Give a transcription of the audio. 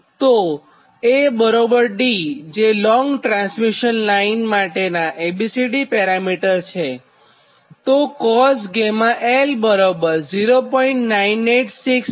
તો A D જે long transmission line માટેનાં A B C D parameter છેતે cosh 𝛾l 0